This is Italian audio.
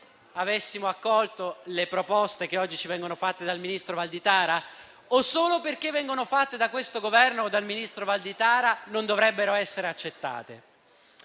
avessimo accolto le proposte che oggi ci vengono fatte dal ministro Valditara o solo perché vengono fatte da questo Governo o dal ministro Valditara non dovrebbero essere accettate?